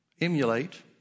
emulate